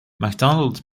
macdonald